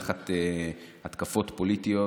תחת התקפות פוליטיות,